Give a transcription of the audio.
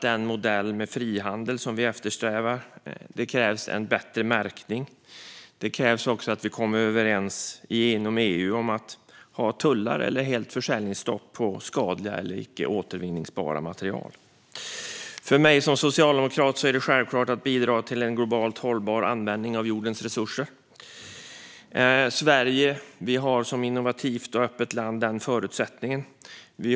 Den modell med frihandel som vi eftersträvar kräver också en bättre märkning och att vi inom EU kommer överens om att införa tullar eller fullständigt försäljningsstopp för skadliga eller icke återvinningsbara material. För mig som socialdemokrat är det självklart att bidra till en globalt hållbar användning av jordens resurser. Sverige har som innovativt och öppet land förutsättningar för detta.